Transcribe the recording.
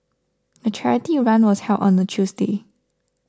the charity run was held on a Tuesday